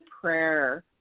prayer